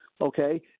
Okay